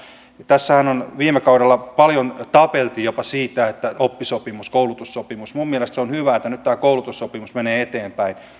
tässähän viime kaudella paljon tapeltiin jopa siitä että oppisopimus vai koulutussopimus minun mielestäni on hyvä että nyt tämä koulutussopimus menee eteenpäin